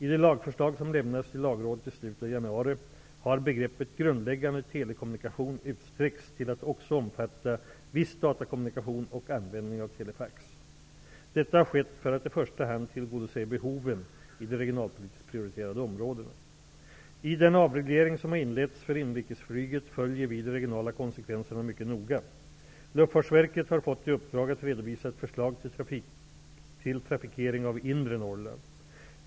I det lagförslag som lämnades till ''grundläggande telekommunikation'' utsträckts till att också omfatta viss datakommunikation och användning av telefax. Detta har skett för att i första hand tillgodose behoven i de regionalpolitiskt prioriterade områdena. I den avreglering som har inletts för inrikesflyget följer vi de regionala konsekvenserna mycket noga. Luftfartsverket har fått i uppdrag att redovisa ett förslag till trafikering av inre Norrland.